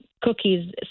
cookies